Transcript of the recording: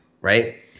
right